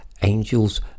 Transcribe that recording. Angel's